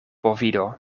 bovido